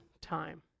time